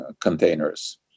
containers